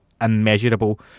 immeasurable